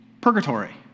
purgatory